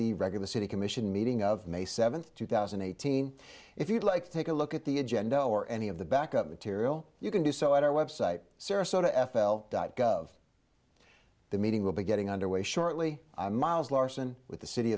the regular city commission meeting of may seventh two thousand and eighteen if you'd like to take a look at the agenda or any of the backup material you can do so at our website sarasota f l dot gov the meeting will be getting underway shortly miles larsen with the city